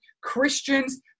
Christians